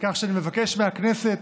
כך שאני מבקש מהכנסת